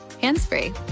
hands-free